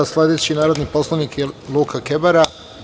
Sledeći narodni poslanik je Luka Kebara.